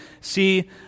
see